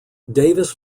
davis